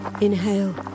Inhale